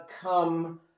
come